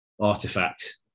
artifact